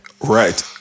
Right